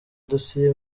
dosiye